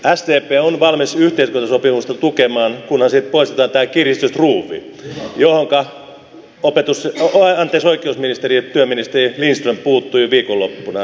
sdp on valmis yhteiskuntasopimusta tukemaan kunhan siitä poistetaan tämä kiristysruuvi johonka oikeusministeri ja työministeri lindström puuttui viikonloppuna